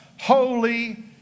holy